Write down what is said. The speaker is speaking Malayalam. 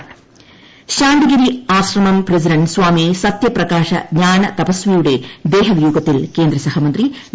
മുരളീധരൻ ശാന്തിഗിരി ആശ്രമം പ്രസിഡന്റ് സ്വാമി സത്യപ്രകാശ ജ്ഞാന തപസ്വിയുടെ ദേഹവിയോഗത്തിൽ കേന്ദ്രസഹമന്ത്രി വി